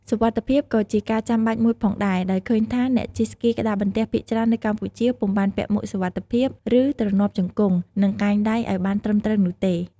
សុវត្ថិភាពក៏ជាការចាំបាច់មួយផងដែរ ដោយឃើញថា អ្នកជិះស្គីក្ដារបន្ទះភាគច្រើននៅកម្ពុជា ពុំបានពាក់មួកសុវត្ថិភាព ឬ ទ្រនាប់ជង្គង់ និងកែងដៃឱ្យបានត្រឹមត្រូវនោះទេ។